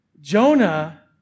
Jonah